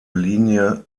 linie